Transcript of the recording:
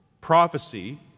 prophecy